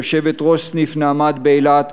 יושבת-ראש סניף נעמת באילת,